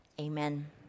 Amen